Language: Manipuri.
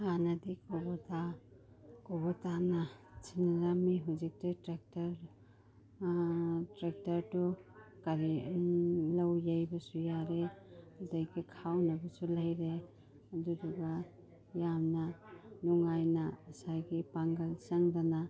ꯍꯥꯟꯅꯗꯤ ꯀꯣꯕꯣꯇꯥ ꯀꯣꯕꯣꯇꯥꯅ ꯆꯤꯡꯅꯔꯝꯏ ꯍꯧꯖꯤꯛꯇꯤ ꯇ꯭ꯔꯦꯛꯇꯔ ꯇ꯭ꯔꯦꯛꯇꯔꯗꯨ ꯀꯔꯤ ꯂꯧ ꯌꯩꯕꯁꯨ ꯌꯥꯔꯦ ꯑꯗꯒꯤ ꯈꯥꯎꯅꯕꯁꯨ ꯂꯩꯔꯦ ꯑꯗꯨꯗꯨꯒ ꯌꯥꯝꯅ ꯅꯨꯡꯉꯥꯏꯅ ꯉꯁꯥꯏꯒꯤ ꯄꯥꯡꯒꯜ ꯆꯪꯗꯅ